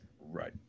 Right